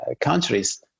countries